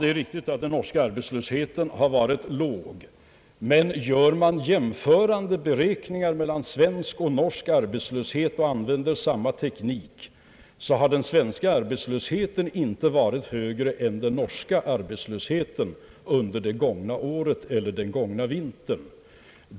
Det är riktigt att den norska arbetslösheten har varit låg, men om man gör jämförande beräkningar mellan norsk och svensk arbetslöshet och använder samma teknik, har den svenska arbetslösheten inte varit större än den norska arbetslösheten under det gångna året eller den gångna vintern.